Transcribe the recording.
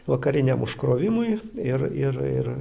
vakariniam užkrovimui ir ir ir